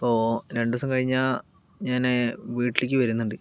അപ്പോൾ രണ്ട് ദിവസം കഴിഞ്ഞാൽ ഞാന് വീട്ടിലേക്ക് വരുന്നുണ്ട്